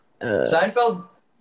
Seinfeld